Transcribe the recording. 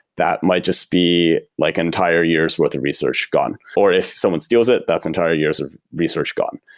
that might just be like entire years' worth of research gone. or if someone steals it, that's entire years of research gone.